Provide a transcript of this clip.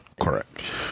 Correct